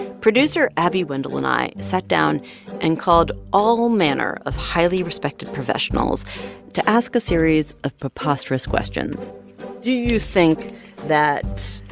producer abby wendle and i sat down and called all manner of highly respected professionals to ask a series of preposterous questions do you think that,